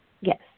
Yes